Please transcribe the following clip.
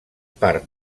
part